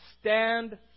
stand